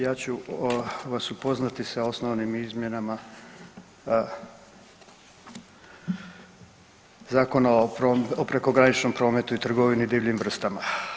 Ja ću vas upoznati sa osnovnim izmjenama Zakona o prekograničnom prometu i trgovini divljim vrstama.